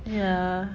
ya